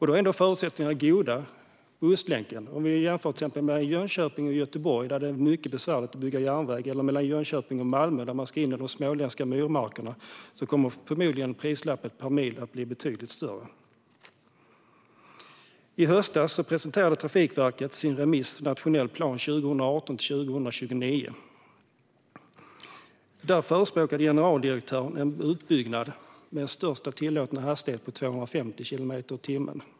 Då är ändå förutsättningarna goda på Ostlänken om man jämför med Jönköping-Göteborg, där det är mycket besvärligt att bygga järnväg, eller om man jämför Jönköping-Malmö, där man ska in i de småländska myrmarkerna. Därför kommer priset per mil förmodligen att bli betydligt högre. I höstas presenterade Trafikverket sitt förslag för nationell plan för transportsystemet 2018-2029. Där förespråkade generaldirektören en utbyggnad med en högsta tillåten hastighet på 250 kilometer i timmen.